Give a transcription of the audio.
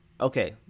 okay